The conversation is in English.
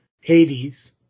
Hades